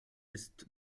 ist